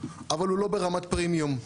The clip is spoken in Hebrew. אבל הוא לא ברמת פרימיום.